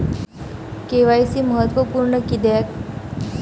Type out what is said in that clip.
KYC महत्त्वपुर्ण किद्याक?